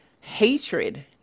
hatred